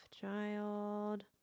child